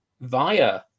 via